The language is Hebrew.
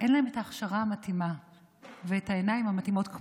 אין להם את ההכשרה המתאימה ואת העיניים המתאימות לטפל במקרים האלה,